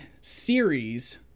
series